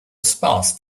spouse